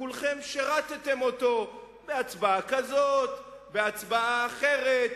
וכולכם שירתתם אותו בהצבעה כזאת או בהצבעה אחרת,